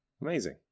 amazing